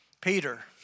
Peter